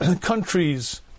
countries